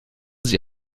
sie